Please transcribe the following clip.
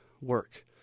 work